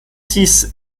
six